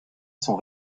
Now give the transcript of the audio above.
sont